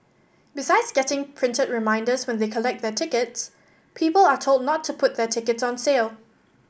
besides getting printed reminders when they collect their tickets people are told not to put their tickets on sale